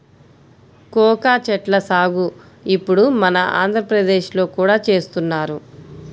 cocoa చెట్ల సాగు ఇప్పుడు మన ఆంధ్రప్రదేశ్ లో కూడా చేస్తున్నారు